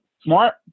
smart